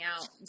out